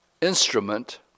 instrument